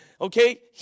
Okay